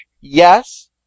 Yes